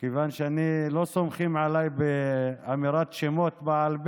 כיוון שלא סומכים עליי באמירת שמות בעל פה,